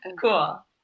Cool